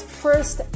first